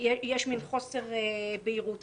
יש מין חוסר בהירות.